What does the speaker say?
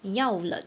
你要冷